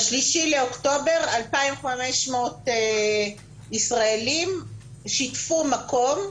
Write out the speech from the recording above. ב-3 באוקטובר 2,500 ישראלים שיתפו מקום.